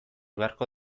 beharko